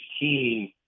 team